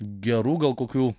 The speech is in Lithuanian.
gerų gal kokių